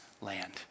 land